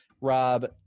Rob